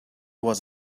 was